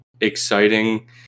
exciting